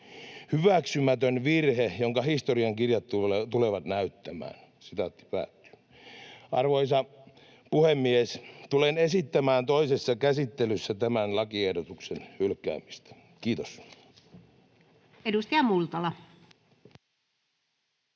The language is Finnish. hyväksymätön virhe, jonka historiankirjat tulevat näyttämään.” Arvoisa puhemies! Tulen esittämään toisessa käsittelyssä tämän lakiehdotuksen hylkäämistä. — Kiitos.